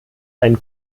ein